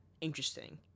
interesting